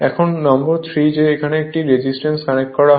এখন নম্বর 3 যে যদি একটি রেজিস্ট্যান্স কানেক্ট করা হয়